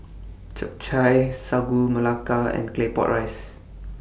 Chap Chai Sagu Melaka and Claypot Rice